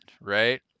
right